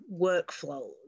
workflows